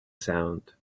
sound